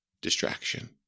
distraction